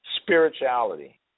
spirituality